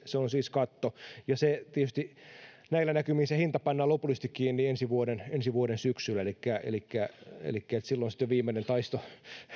se on siis katto ja näillä näkymin se hinta tietysti pannaan lopullisesti kiinni ensi vuoden ensi vuoden syksyllä elikkä elikkä silloin sitten on viimeinen taisto